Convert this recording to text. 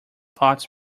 thoughts